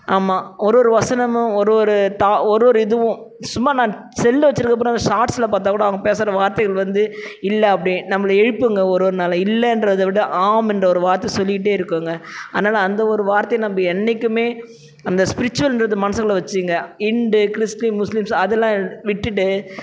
ஆமாம் ஒரு ஒரு வசனமும் ஒரு ஒரு தா ஒரு ஒரு இதுவும் சும்மா நான் செல்ல வைச்சுருக்குற பூரா அந்த ஷார்ட்ஸில் பார்த்தா கூட அவன் பேசுகிற வார்த்தைகள் வந்து இல்லை அப்படி நம்மள எழுப்புங்க ஒரு ஒரு நாளை இல்லைன்றத விட ஆம் என்ற ஒரு வார்த்தை சொல்லிக்கிட்டே இருக்குங்க அதனால அந்த ஒரு வார்த்தை நம்ம என்றைக்குமே அந்த ஸ்ப்ரிச்சுவல்கிறது மனதுக்குள்ள வைச்சுக்குங்க ஹிந்டு கிறிஸ்டின் முஸ்லீம்ஸ் அதெல்லாம் விட்டுவிட்டு